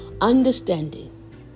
understanding